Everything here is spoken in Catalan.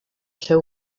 seu